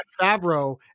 Favreau